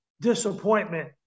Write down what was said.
disappointment